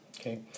Okay